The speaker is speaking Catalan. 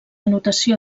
notació